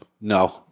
No